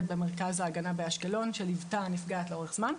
במרכז ההגנה באשקלון שליוותה נפגעת לאורך זמן.